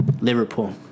Liverpool